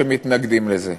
שמתנגדים לזה.